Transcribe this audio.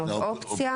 מאוכלסים במלואם.